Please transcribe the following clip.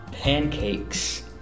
pancakes